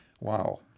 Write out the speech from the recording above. Wow